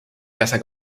casa